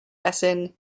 essen